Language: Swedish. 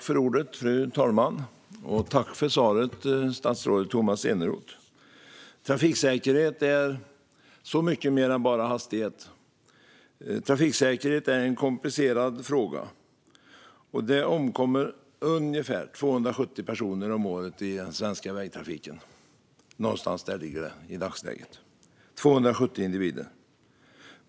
Fru talman! Jag tackar statsrådet Tomas Eneroth för svaret. Trafiksäkerhet är så mycket mer än bara hastighet. Trafiksäkerhet är en komplicerad fråga. Ungefär 270 personer om året omkommer i den svenska vägtrafiken.